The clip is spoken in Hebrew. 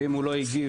אם הוא לא הגיב,